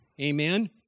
Amen